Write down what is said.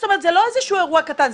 זה לא איזשהו אירוע קטן.